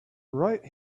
right